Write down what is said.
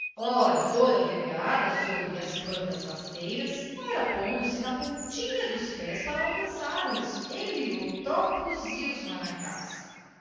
ora toda vergada sobre as plantas rasteiras ora pondo-se na pontinha dos pés para alcançar os heliotrópios e os manacás